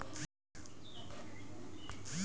मिट्टी के तैयार करें खातिर के चरण होला?